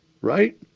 right